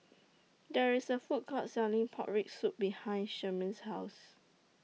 There IS A Food Court Selling Pork Rib Soup behind Sherman's House